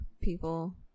people